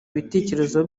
ibitekerezo